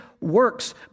works